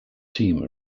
team